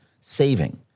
saving